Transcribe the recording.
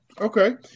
Okay